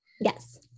Yes